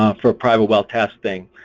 ah for private well testing.